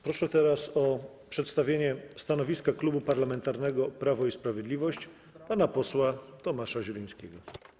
Proszę o przedstawienie stanowiska Klubu Parlamentarnego Prawo i Sprawiedliwość pana posła Tomasza Zielińskiego.